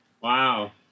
wow